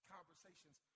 Conversations